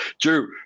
Drew